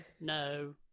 no